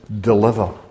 deliver